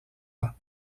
ans